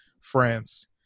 France